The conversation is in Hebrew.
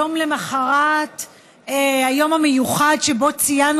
יום למוחרת היום המיוחד שבו ציינו